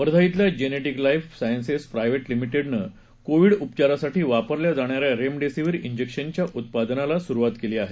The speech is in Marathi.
वर्धा खेल्या जेनेटिक लाईफ सायन्सेस प्रायव्हेट लिमिटेडनं कोविड उपचारासाठी वापरल्या जाणाऱ्या रेमडेसीवीर जेक्शनच्या उत्पादनाला सुरुवात केली आहे